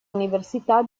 università